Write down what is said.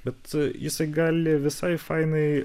bet jisai gali visai fainai